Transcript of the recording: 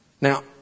Now